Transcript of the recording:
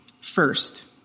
First